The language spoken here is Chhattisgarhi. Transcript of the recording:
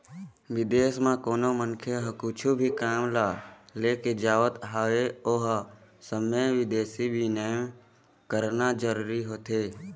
बिदेस म कोनो मनखे ह कुछु भी काम ल लेके जावत हवय ओ समे बिदेसी बिनिमय कराना जरूरी होथे